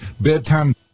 Bedtime